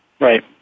Right